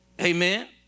Amen